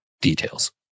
details